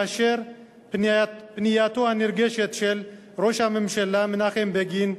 בזכות פנייתו הנרגשת של ראש הממשלה מנחם בגין,